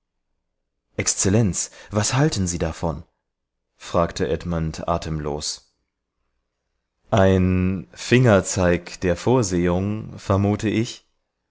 exzellenz was halten sie davon fragte edmund atemlos ein fingerzeig der vorsehung vermute ich